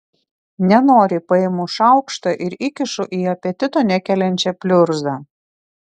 nenoriai paimu šaukštą ir įkišu į apetito nekeliančią pliurzą